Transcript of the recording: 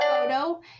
photo